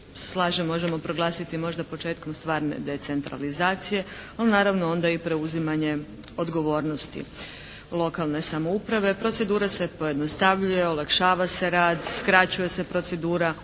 slažem možemo proglasiti možda početkom stvarne decentralizacije no naravno onda i preuzimanjem odgovornosti lokalne samouprave a procedura se pojednostavljuje, olakšava se rad, skraćuje se procedura, usklađuje